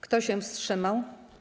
Kto się wstrzymał?